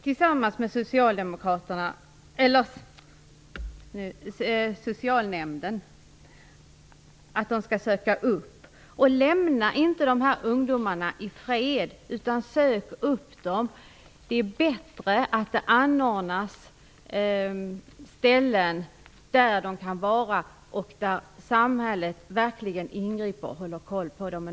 De skall tillsammans med socialnämnden ha uppsökande verksamhet. Lämna inte ungdomarna i fred. Sök upp dem. Det är bättre att det anordnas platser där de kan vara och där samhället verkligen ingriper och håller koll.